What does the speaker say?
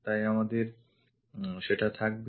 তাই আমাদের সেটা থাকবে